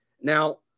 Now